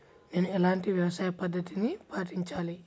నేను ఎలాంటి వ్యవసాయ పద్ధతిని పాటించాలి?